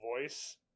voice